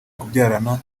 kubyarana